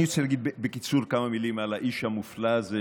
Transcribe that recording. אני רוצה להגיד בקיצור כמה מילים על האיש המופלא הזה,